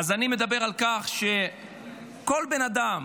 אני מדבר על כך שכל בן אדם